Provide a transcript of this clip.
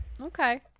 Okay